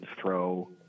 throw